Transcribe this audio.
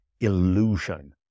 illusion